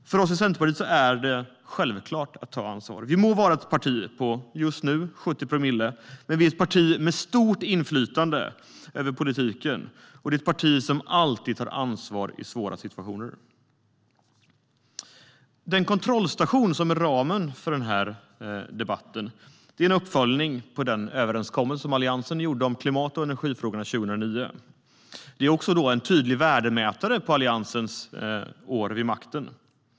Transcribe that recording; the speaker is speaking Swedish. För oss i Centerpartiet är det självklart att ta ansvar. Vi må vara ett parti på 70 promille, men vi är ett parti med stort inflytande över politiken. Centerpartiet är ett parti som alltid tar ansvar i svåra situationer. Den kontrollstation som utgör ramen för den här debatten är en uppföljning på den överenskommelse som Alliansen träffade om klimat och energifrågorna 2009. Det är också en tydlig värdemätare på Alliansens år vid makten.